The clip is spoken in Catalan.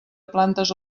plantes